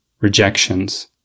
rejections